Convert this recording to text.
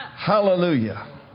Hallelujah